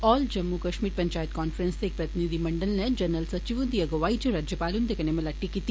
आल Jammu Kashmir panchayat conference दे इक प्रतिनिधिमंडल नै जनरल सचिव हुन्दी अगुवाई च राज्यापल हुन्दे कन्नै मलाटी कीती